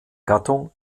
gattung